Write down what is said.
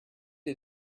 did